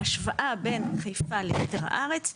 בהשוואה בין חיפה ליתר הארץ,